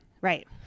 Right